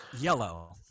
yellow